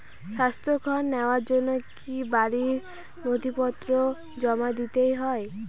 স্বাস্থ্য ঋণ নেওয়ার জন্য কি বাড়ীর নথিপত্র জমা দিতেই হয়?